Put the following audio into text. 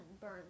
burn